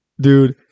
Dude